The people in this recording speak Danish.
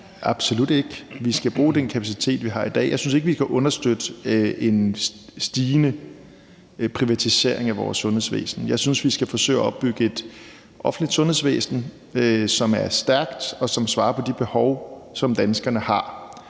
Absolut ikke. Vi skal bruge den kapacitet, vi har i dag. Jeg synes ikke, vi skal understøtte en stigende privatisering af vores sundhedsvæsen. Jeg synes, vi skal forsøge at opbygge et offentligt sundhedsvæsen, som er stærkt, og som opfylder de behov, som danskerne har.